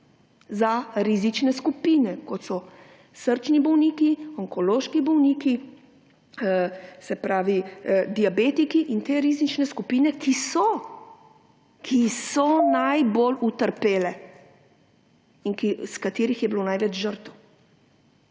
za rizične skupine, kot so srčni bolniki, onkološki bolniki, diabetiki in te rizične skupine, ki so najbolj utrpele in med katerimi je bilo največ žrtev.